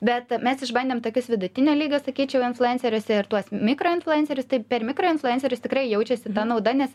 bet mes išbandėm tokius vidutinio lygio sakyčiau influencerius ir tuos mikro influencerius tai per mikro influenceris tikrai jaučiasi ta nauda nes